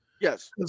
Yes